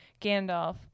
Gandalf